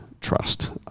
trust